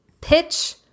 pitch